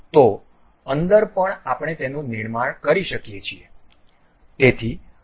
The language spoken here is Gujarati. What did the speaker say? તો અંદર પણ આપણે તેનું નિર્માણ કરી શકીએ છીએ